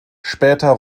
später